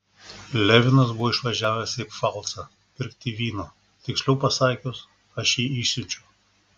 levinas buvo išvažiavęs į pfalcą pirkti vyno tiksliau pasakius aš jį išsiunčiau